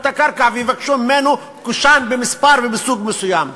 את הקרקע ויבקשו ממנו קושאן במספר ומסוג מסוים.